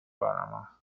panamá